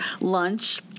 lunch